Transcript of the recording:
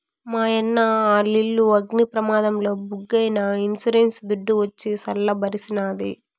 మాయన్న ఆలిల్లు అగ్ని ప్రమాదంల బుగ్గైనా ఇన్సూరెన్స్ దుడ్డు వచ్చి సల్ల బరిసినాది